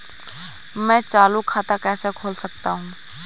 मैं चालू खाता कैसे खोल सकता हूँ?